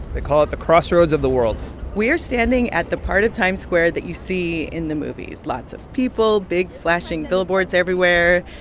they call it the crossroads of the world we are standing at the part of times square that you see in the movies lots of people, big, flashing billboards everywhere.